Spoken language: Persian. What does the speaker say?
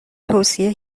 توصیه